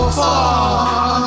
far